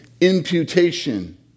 imputation